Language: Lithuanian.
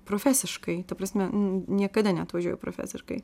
profesiškai ta prasme niekada neatvažiuoju profesiškai